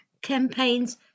campaigns